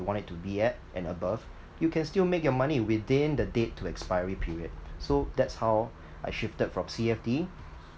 want it to be at and above you can still make your money within the date to expiry period so that's how I shifted from C_F_D